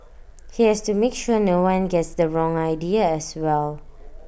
he has to make sure no one gets the wrong idea as well